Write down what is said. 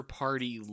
party